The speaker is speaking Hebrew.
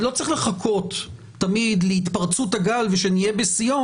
לא צריך לחכות להתפרצות הגל ושנהיה בשיאו